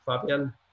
Fabian